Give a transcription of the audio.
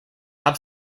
have